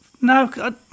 No